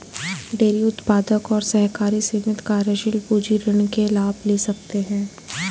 dairy उत्पादक और सहकारी समिति कार्यशील पूंजी ऋण के लाभ ले सकते है